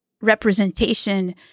representation